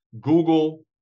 Google